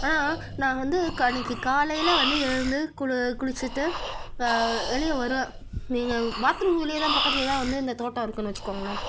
ஆனால் நான் வந்து க அன்னிக்கு காலையில் வந்து எழுந்து குளு குளிச்சிட்டு வெளியே வருவேன் நீங்கள் பாத்ரூம்க்கு வெளியே தான் பக்கத்தில் தான் வந்து இந்த தோட்டம் இருக்குன்னு வச்சிக்கோங்ளேன்